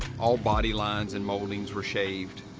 all body lines and mouldings were shaved.